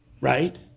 Right